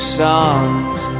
songs